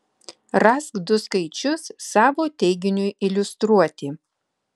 rask du skaičius savo teiginiui iliustruoti